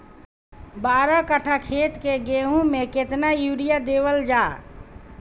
बारह कट्ठा खेत के गेहूं में केतना यूरिया देवल जा?